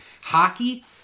Hockey